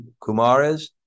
Kumaras